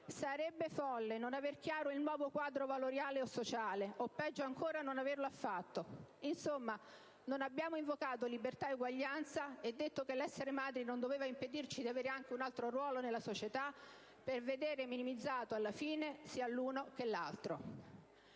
Sarebbe folle non aver chiaro il nuovo quadro valoriale e sociale o, peggio ancora, non averlo affatto. Insomma: non abbiamo invocato libertà ed eguaglianza e detto che 1'essere madri non doveva impedirci di avere anche un'altro ruolo nella società per veder minimizzato alla fine, sia l'uno che l'altro.